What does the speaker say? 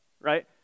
right